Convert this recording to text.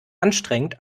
anstrengend